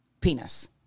penis